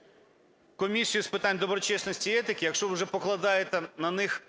впливати на Комісію з питань доброчесності і етики. Якщо ви вже покладаєте на них